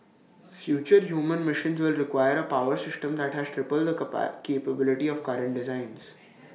future human missions will require A power system that has triple the capability of current designs